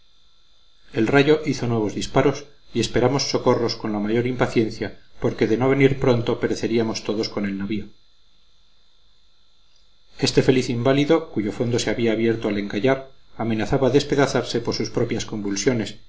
el rayo hizo nuevos disparos y esperamos socorros con la mayor impaciencia porque de no venir pronto pereceríamos todos con el navío este infeliz inválido cuyo fondo se había abierto al encallar amenazaba despedazarse por sus propias convulsiones